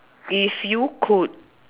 if you could